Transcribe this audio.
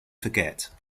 forget